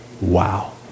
Wow